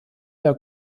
der